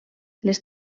les